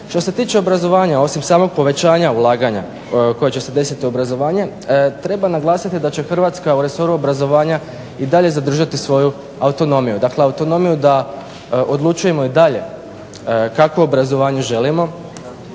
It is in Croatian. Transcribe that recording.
Što se tiče obrazovanja osim samog povećanja ulaganja koja će se desiti u obrazovanju treba naglasiti da će Hrvatska u resoru obrazovanja i dalje zadržati svoju autonomiju dakle autonomiju da odlučujemo i dalje kakvo obrazovanje želimo,